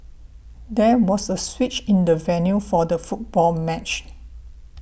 there was a switch in the venue for the football match